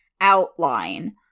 outline